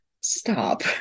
stop